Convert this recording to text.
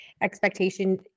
expectation